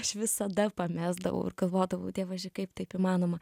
aš visada pamesdavau ir galvodavau dievaži kaip taip įmanoma